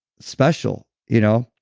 special. you know